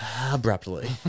abruptly